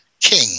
king